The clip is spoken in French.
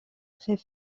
très